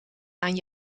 aan